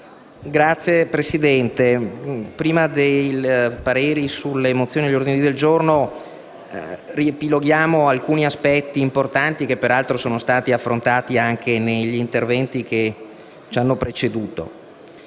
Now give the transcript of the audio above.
Signor Presidente, prima di dare i pareri sulle mozioni e gli ordini del giorno, vorrei riepilogare alcuni aspetti importanti, che peraltro sono stati affrontati anche negli interventi che mi hanno preceduto.